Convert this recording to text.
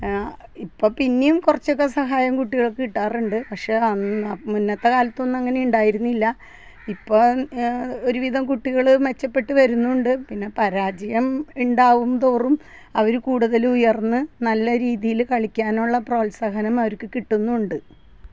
ഇപ്പം പിന്നേയും കുറച്ചൊക്കെ സഹായം കുട്ടികൾക്ക് കിട്ടാറുണ്ട് പക്ഷേ അന്ന് മുന്നത്തെ കാലത്തൊന്നും അങ്ങനെ ഉണ്ടായിരുന്നില്ല ഇപ്പോൾ ഒരു വിധം കുട്ടികൾ മെച്ചപ്പെട്ട് വരുന്നുണ്ട് പിന്നെ പരാജയം ഉണ്ടാവുതോറും അവർ കൂടുതൽ ഉയർന്ന് നല്ല രീതിയിൽ കളിക്കാനുള്ള പ്രോത്സാഹനം അവർക്ക് കിട്ടുന്നുമുണ്ട്